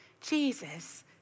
Jesus